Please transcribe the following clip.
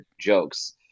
jokes